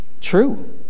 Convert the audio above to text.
true